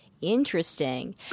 Interesting